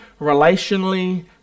relationally